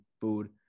food